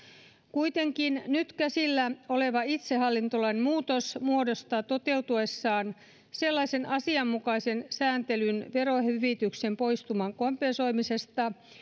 kuitenkin nyt käsillä oleva itsehallintolain muutos muodostaa toteutuessaan sellaisen asianmukaisen sääntelyn verohyvityksen poistuman kompensoimisesta